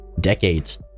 decades